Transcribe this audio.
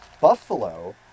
Buffalo